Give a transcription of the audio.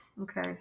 Okay